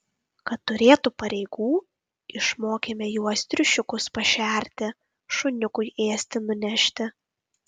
kad turėtų pareigų išmokėme juos triušiukus pašerti šuniukui ėsti nunešti